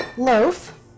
loaf